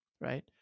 right